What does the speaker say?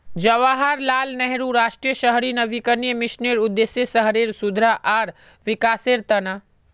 जवाहरलाल नेहरू राष्ट्रीय शहरी नवीकरण मिशनेर उद्देश्य शहरेर सुधार आर विकासेर त न